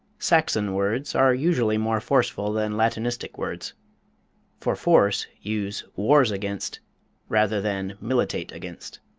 saxon words are usually more forceful than latinistic words for force, use wars against rather than militate against.